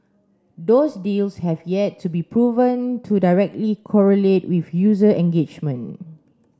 those deals have yet to be proven to directly correlate with user engagement